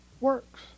works